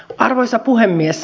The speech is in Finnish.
arvoisa puhemies